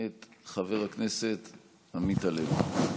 חבר הכנסת עמית הלוי.